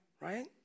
right